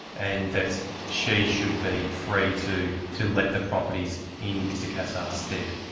and that she should be free to to let the properties in mr cassar's stead.